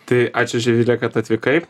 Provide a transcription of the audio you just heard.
tai ačiū živile kad atvykai